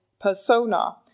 persona